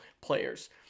players